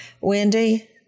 Wendy